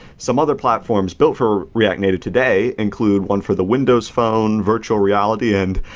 some other platforms built for react native today include one for the windows phone virtual reality and,